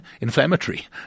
inflammatory